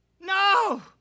No